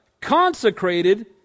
consecrated